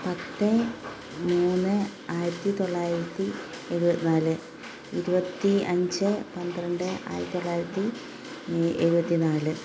പത്ത് മൂന്ന് ആയിരത്തിത്തൊള്ളായിരത്തി എഴുപത്തി നാല് ഇരുപത്തി അഞ്ച് പന്ത്രണ്ട് ആയിരത്തിത്തൊള്ളായിരത്തി എഴുപത്തിനാല്